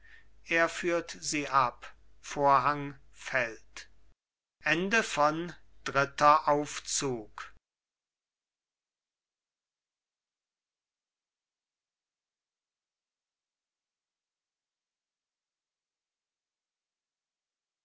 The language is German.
er führt sie ab vorhang fällt